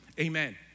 Amen